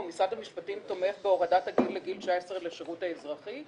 או משרד המשפטים תומך בהורדת הגיל לגיל 19 לשירות האזרחי?